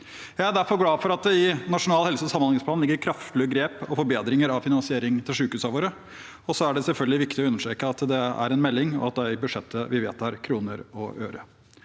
Jeg er derfor glad for at det i Nasjonal helse- og samhandlingsplan ligger kraftfulle grep og forbedringer av finansieringen til sykehusene våre. Så er det selvfølgelig viktig å understreke at dette er en melding, og at det er i behandlingen av budsjettet vi vedtar kroner og øre.